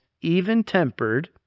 even-tempered